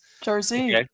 Jersey